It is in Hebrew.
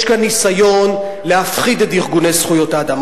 יש כאן ניסיון להפחיד את ארגוני זכויות האדם.